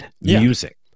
Music